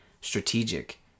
strategic